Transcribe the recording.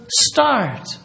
start